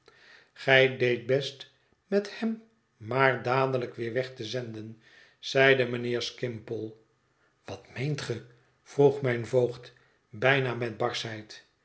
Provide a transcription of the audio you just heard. best met hem maar dadelijk weer weg te zenden zeide mijnheer skimpole wat meent ge vroeg mijn voogd bijna met